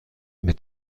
mit